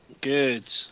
Good